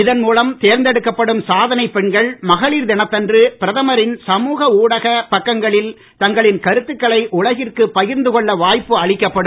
இதன் மூலம் தேர்ந்தெடுக்கப்படும் சாதனைப் பெண்கள் மகளிர் தினத்தன்று பிரதமரின் சமுக ஊடக பக்கங்களில் தங்களின் கருத்துக்களை உலகிற்கு பகிர்ந்து கொள்ள வாய்ப்பு அளிக்கப்படும்